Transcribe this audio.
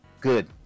good